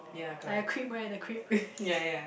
like a creep right a creep